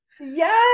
Yes